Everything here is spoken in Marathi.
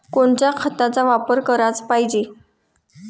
कोनच्या खताचा वापर कराच पायजे?